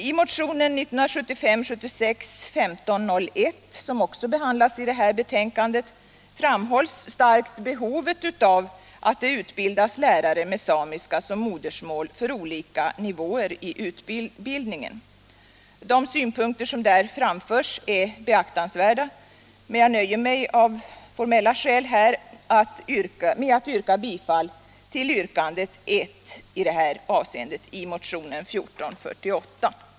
I motionen 1975/76:1501, som också behandlas i detta betänkande, framhålls starkt behovet av att det utbildas lärare med samiska som modersmål för olika nivåer i utbildningen. De synpunkter som där framförs är beaktansvärda. Jag nöjer mig av formella skäl med att yrka bifall till yrkandet 1 i det här avseendet i motionen 1448.